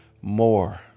more